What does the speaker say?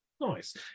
Nice